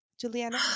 Juliana